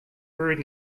brewed